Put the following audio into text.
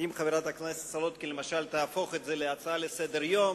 אם חברת הכנסת סולודקין תהפוך את זה למשל להצעה לסדר-היום,